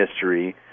history